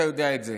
אתה יודע את זה.